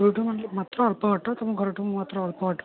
ପୁରୀଠୁଁ ମା ମାତ୍ର ଅଳ୍ପ ବାଟ ତୁମ ଘରଠଉଁ ମାତ୍ର ଅଳ୍ପ ବାଟ